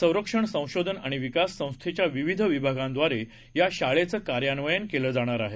संरक्षण संशोधन आणि विकास संस्थेच्या विविध विभागांद्वारे या शाळेचं कार्यान्वयन केलं जाणार आहे